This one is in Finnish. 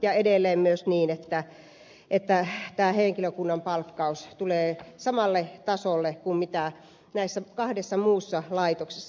ja edelleen myös tämän henkilökunnan palkkauksen tulisi tulla samalle tasolle kuin näissä kahdessa muussa laitoksessa